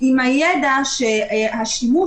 אנחנו כבר נמצאים עם הידע שלפיו השימוש